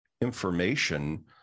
information